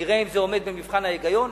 נראה אם זה עומד במבחן ההיגיון.